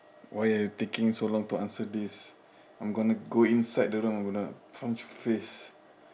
why you taking so long to answer this I'm gonna go inside the room I'm gonna punch your face